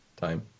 time